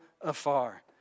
afar